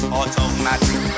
automatic